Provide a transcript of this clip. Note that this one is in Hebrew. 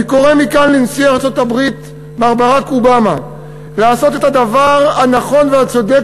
אני קורא מכאן לנשיא ארצות-הברית מר ברק אובמה לעשות את הדבר הנכון והצודק